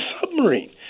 submarine